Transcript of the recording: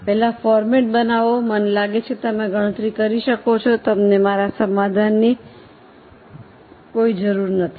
પહેલા ફોર્મેટ બનાવો મને લાગે છે કે તમે ગણતરી કરી શકો છો તમને મારા સમાધાનની જરૂર નથી